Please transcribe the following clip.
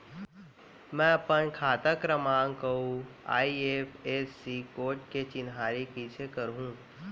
मैं अपन खाता क्रमाँक अऊ आई.एफ.एस.सी कोड के चिन्हारी कइसे करहूँ?